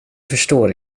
förstår